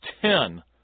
ten